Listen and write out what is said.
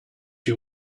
you